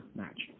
match